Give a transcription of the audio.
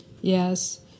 yes